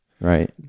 Right